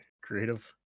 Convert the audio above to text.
creative